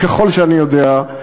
ככל שאני יודע,